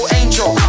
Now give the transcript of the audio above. angel